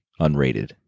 unrated